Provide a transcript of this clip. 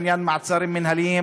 בעניין מעצרים מינהליים,